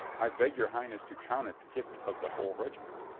i beg your highness to count it the gift of the whole regiment.